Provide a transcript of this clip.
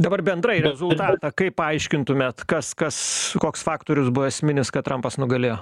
dabar bendrai rezultatą kaip paaiškintumėt kas kas koks faktorius buvo esminis kad trampas nugalėjo